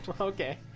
Okay